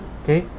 okay